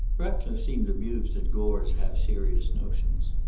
ratcliffe seemed amused at gore's half-serious notions.